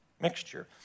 mixture